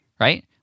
right